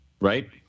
Right